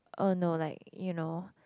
oh no like you know